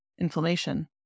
inflammation